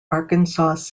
arkansas